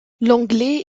l’anglais